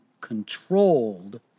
controlled